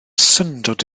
syndod